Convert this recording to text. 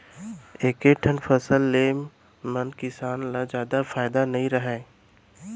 एके ठन फसल ले म किसान ल जादा फायदा नइ रहय